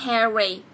Harry